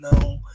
no